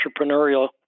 entrepreneurial